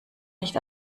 nicht